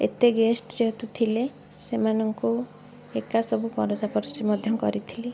ଏତେ ଗେଷ୍ଟ୍ ଯେହେତୁ ଥିଲେ ସେମାନଙ୍କୁ ଏକା ସବୁ ପରଷାପରଷି ମଧ୍ୟ କରିଥିଲି